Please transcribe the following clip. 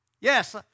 Yes